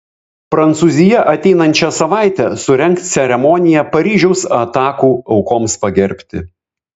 prancūzija ateinančią savaitę surengs ceremoniją paryžiaus atakų aukoms pagerbti